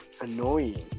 annoying